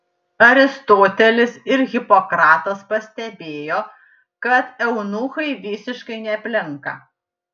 aristotelis ir hipokratas pastebėjo kad eunuchai visiškai neplinka